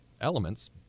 elements